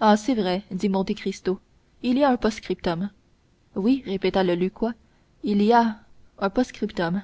ah c'est vrai dit monte cristo il y a un post-scriptum oui répéta le lucquois il y a un post-scriptum